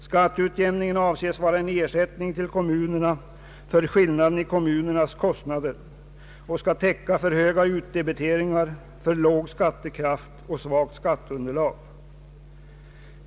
Skatteutjämningen avses vara en ersättning till kommunerna för skillnaderna i kommunernas kostnader och skall täcka för höga utdebiteringar, för låg skattekraft och svagt skatteunderlag.